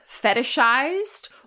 fetishized